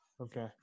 Okay